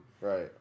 Right